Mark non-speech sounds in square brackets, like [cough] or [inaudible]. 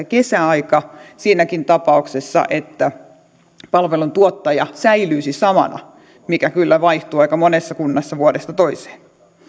[unintelligible] kesäaika siinäkin tapauksessa että palveluntuottaja säilyisi samana mikä kyllä vaihtuu aika monessa kunnassa vuodesta toiseen